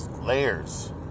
layers